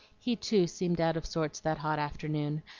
he too seemed out of sorts that hot afternoon,